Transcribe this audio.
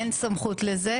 אין סמכות לזה.